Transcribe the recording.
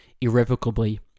irrevocably